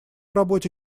работе